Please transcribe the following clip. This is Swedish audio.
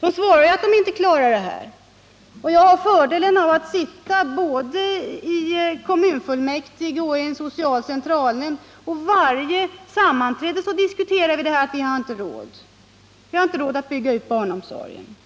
De svarar ju att de inte klarar vad man har kommit överens om. Jag har fördelen att tillhöra både kommunfullmäktige och en social centralnämnd, och vid varje sammanträde diskuterar vi detta att vi inte har råd att bygga ut barnomsorgen.